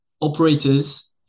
operators